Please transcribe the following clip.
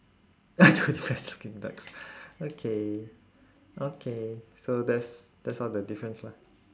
two depressed looking ducks okay okay so that's that's all the difference lah